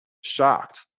shocked